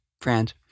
friends